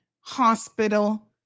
hospital